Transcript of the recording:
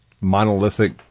monolithic